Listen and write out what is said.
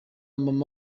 mama